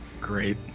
Great